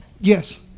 Yes